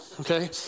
okay